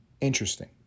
Interesting